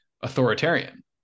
authoritarian